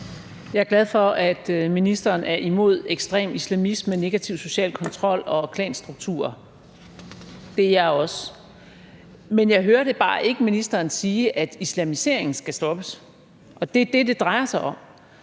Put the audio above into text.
Jeg er glad for, at ministeren er imod ekstrem islamisme, negativ social kontrol og klanstrukturer. Det er jeg også. Men jeg hørte bare ikke ministeren sige, at islamiseringen skal stoppes, og det er det, som det drejer sig om.